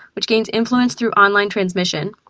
which gains influence through online transmission.